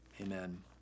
amen